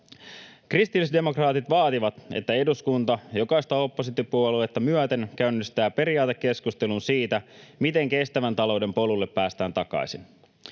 Kristillisdemokraatit vaativat, että eduskunta jokaista oppositiopuoluetta myöten käynnistää periaatekeskustelun siitä, miten kestävän talouden polulle päästään takaisin.